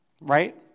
right